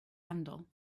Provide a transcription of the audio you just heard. handle